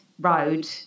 road